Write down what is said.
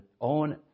own